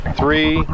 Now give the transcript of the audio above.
three